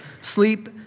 sleep